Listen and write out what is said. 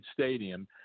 Stadium